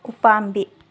ꯎꯄꯥꯝꯕꯤ